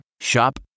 Shop